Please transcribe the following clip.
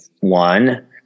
One